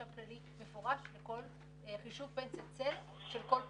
כללי מפורש לכל חישוב פנסיית צל של כל פורש,